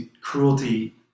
Cruelty